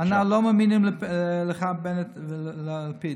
אנחנו לא מאמינים לך, בנט, וללפיד.